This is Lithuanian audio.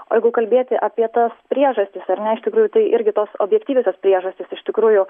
o jeigu kalbėti apie tas priežastis ar ne iš tikrųjų tai irgi tos objektyviosios priežastys iš tikrųjų